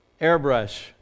airbrush